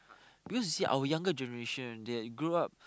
because you see our younger generation they grow up